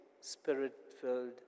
spirit-filled